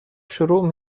شروع